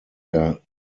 der